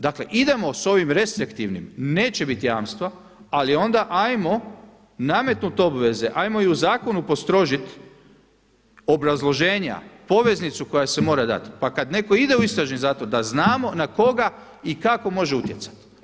Dakle idemo s ovim restriktivnim, neće biti jamstva, ali onda ajmo nametnut obveze, ajmo i u zakonu postrožit obrazloženja poveznicu koja se mora dati, pa kada neko ide u istražni zatvor da znamo na koga i kako može utjecati.